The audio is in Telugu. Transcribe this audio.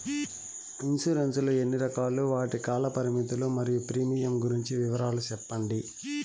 ఇన్సూరెన్సు లు ఎన్ని రకాలు? వాటి కాల పరిమితులు మరియు ప్రీమియం గురించి వివరాలు సెప్పండి?